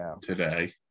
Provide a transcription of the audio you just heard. today